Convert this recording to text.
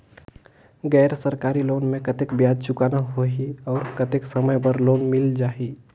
गैर सरकारी लोन मे कतेक ब्याज चुकाना होही और कतेक समय बर लोन मिल जाहि?